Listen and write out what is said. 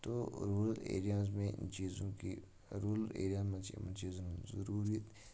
تہٕ rural areas میں اِن چیٖزوٗں کی روٗرل ایریاہَن منٛز چھِ یِمَن چیٖزَن ہُنٛد ضٔروٗری